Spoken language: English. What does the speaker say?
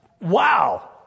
Wow